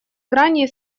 грани